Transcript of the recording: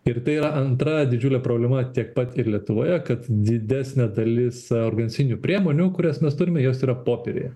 ir tai yra antra didžiulė problema tiek pat ir lietuvoje kad didesnė dalis organizacinių priemonių kurias mes turime jos yra popieriuje